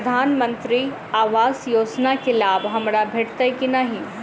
प्रधानमंत्री आवास योजना केँ लाभ हमरा भेटतय की नहि?